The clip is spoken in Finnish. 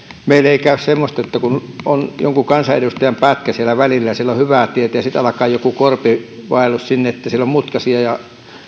meille ei käy semmoista että on jonkun kansanedustajan pätkä siellä välillä siellä on hyvää tietä ja sitten alkaa jokin korpivaellus eli siellä on mutkaisia ja